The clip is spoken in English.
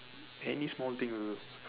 any small things also